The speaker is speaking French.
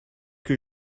que